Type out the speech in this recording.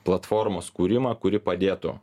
platformos kūrimą kuri padėtų